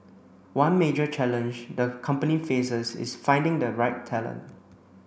one major challenge the company faces is finding the right talent